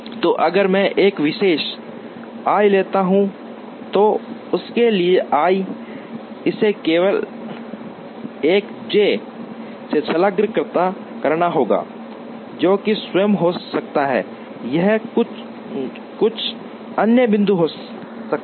तो अगर मैं एक विशेष i लेता हूं तो उसके लिए i इसे केवल एक j से संलग्न करना होगा जो कि स्वयं हो सकता है या यह कुछ अन्य बिंदु हो सकता है